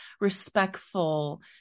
respectful